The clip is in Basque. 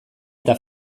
eta